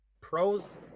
Pros